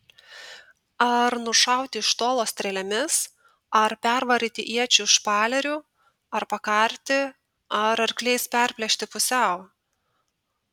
ar nušauti iš tolo strėlėmis ar pervaryti iečių špaleriu ar pakarti ar akliais perplėšti pusiau